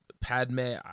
Padme